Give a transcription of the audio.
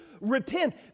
repent